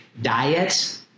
diet